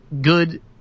good